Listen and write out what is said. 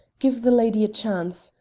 give the lady a chance,